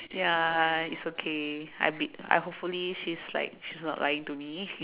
ya it's okay I be I hopefully she's not she's not lying to me